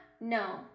No